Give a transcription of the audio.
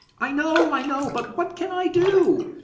i know, i know, but what can i do?